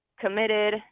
committed